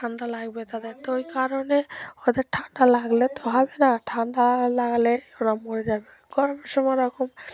ঠান্ডা লাগবে তাদের তো ওই কারণে ওদের ঠান্ডা লাগলে তো হবে না ঠান্ডা লাগলে ওরা মরে যাবে গরমের সময় ওরকম